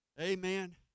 Amen